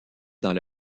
dans